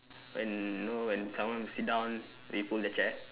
when know when someone sit down they pull the chair